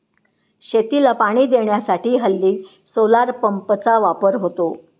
शेतीला पाणी देण्यासाठी हल्ली सोलार पंपचा वापर होतो